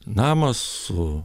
namą su